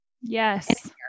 Yes